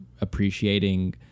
appreciating